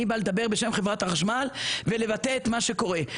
אני בא לדבר בשם חברת החשמל ולבטא את מה שקורה.